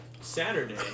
Saturday